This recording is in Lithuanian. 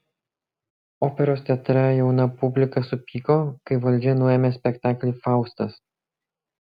operos teatre jauna publika supyko kai valdžia nuėmė spektaklį faustas